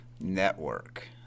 network